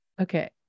okay